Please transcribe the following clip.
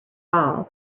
all